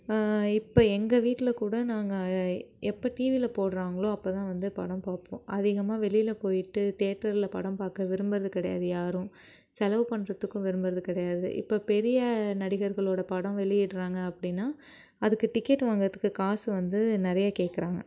இப்போ எங்கள் வீட்டில் கூட நாங்கள் எப்போ டிவியில் போடுறாங்களோ அப்போ தான் வந்து படம் பார்ப்போம் அதிகமாக வெளியில் போயிட்டு தேட்டரில் படம் பார்க்க விரும்புவது கிடையாது யாரும் செலவு பண்ணுறதுக்கும் விரும்புவது கிடையாது இப்போ பெரிய நடிகர்களோடய படம் வெளியிடறாங்க அப்படின்னா அதுக்கு டிக்கெட் வாங்குறதுக்கு காசு வந்து நிறையா கேட்கறாங்க